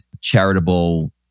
charitable